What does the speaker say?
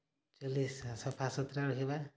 ଚଲେଇ ସଫା ସୁତରା ରଖିବା